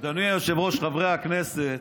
אדוני היושב-ראש, חברי הכנסת,